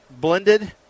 blended